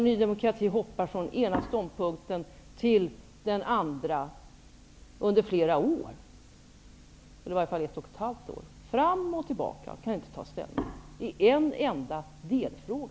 Ny demokrati har i flera år, i varje fall i ett och ett halvt år, hoppat från den ena ståndpunkten till den andra. Man hoppar fram och tillbaka och kan inte ta ställning i en enda delfråga.